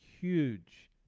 huge